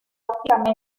típicamente